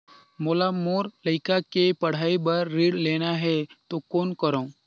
मोला मोर लइका के पढ़ाई बर ऋण लेना है तो कौन करव?